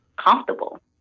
comfortable